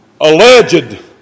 alleged